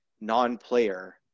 non-player